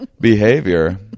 behavior